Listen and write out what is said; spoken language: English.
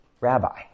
rabbi